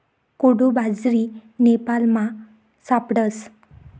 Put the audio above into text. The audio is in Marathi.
कोडो बाजरी नेपालमा सापडस